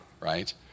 right